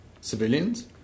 civilians